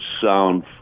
sound